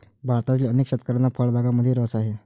भारतातील अनेक शेतकऱ्यांना फळबागांमध्येही रस आहे